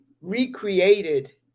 recreated